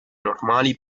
normali